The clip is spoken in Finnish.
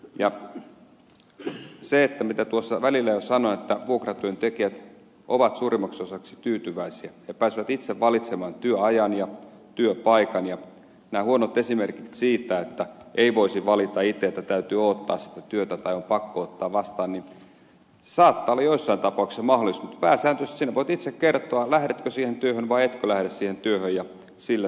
ja se mitä tuossa välillä jo sanoin että vuokratyöntekijät ovat suurimmaksi osaksi tyytyväisiä ja pääsevät itse valitsemaan työajan ja työpaikan ja nämä huonot esimerkit siitä että ei voisi valita itse että täytyy odottaa sitä työtä tai on pakko ottaa vastaan niin saattavat olla joissain tapauksissa mahdollisia mutta pääsääntöisesti sinä voit itse kertoa lähdetkö siihen työhön vai etkö lähde siihen työhön ja sillä selvä